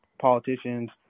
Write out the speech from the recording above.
politicians